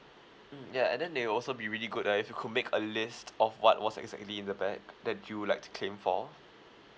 mm ya and then they'll also be really good eh if you could make a list of what was exactly in the bag that you would like to claim for